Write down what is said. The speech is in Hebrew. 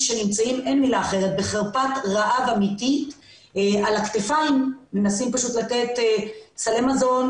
שנמצאים בחרפת רעב אמיתית ומנסים לתת סלי מזון,